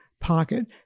pocket